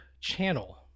channel